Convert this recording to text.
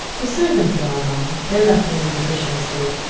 the servants are all gone. they left when the musicians did.